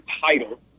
title